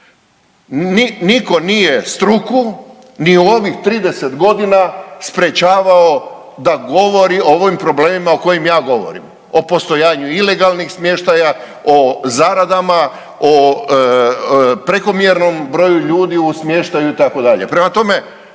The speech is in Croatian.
Nitko nije struku ni u ovih 30 godina sprječavao da govori o ovim problemima o kojima ja govorim. O postojanju ilegalnih smještaja, o zaradama, o prekomjernom broju ljudi u smještaju itd. Prema tome,